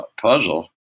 puzzle